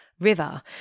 River